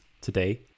today